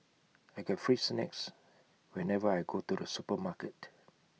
I get free snacks whenever I go to the supermarket